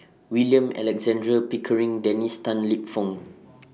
William Alexander Pickering Dennis Tan Lip Fong